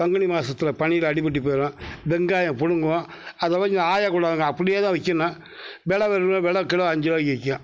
பங்குனி மாதத்துல பனியில் அடிப்பட்டு போயிடும் வெங்காயம் பிடுங்குவோம் அதை வந்து ஆயக்கூடாதுங்க அப்படியே வைக்கணும் விலை விலை கிலோ அஞ்சு ரூபாய்க்கு விற்கும்